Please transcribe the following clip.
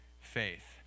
faith